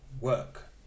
work